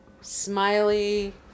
smiley